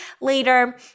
later